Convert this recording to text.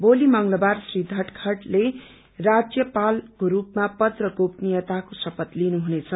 भोली मंगलबार श्री धनखडले राज्यपालको सूपमा पद र गोपनीयताको शपथ लिनुहुनेछ